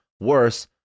worse